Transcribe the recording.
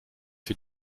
für